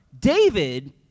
David